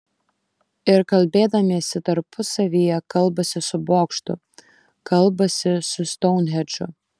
ir kalbėdamiesi tarpusavyje kalbasi su bokštu kalbasi su stounhendžu